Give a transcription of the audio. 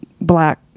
black